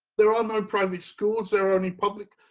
there are no private schools there, only public.